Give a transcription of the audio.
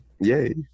Yay